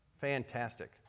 fantastic